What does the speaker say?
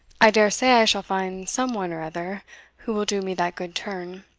i dare say i shall find some one or other who will do me that good turn